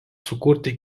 sukurti